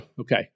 Okay